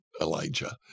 Elijah